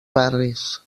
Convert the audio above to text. barris